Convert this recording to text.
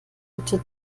bitte